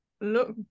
look